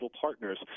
partners